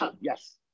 Yes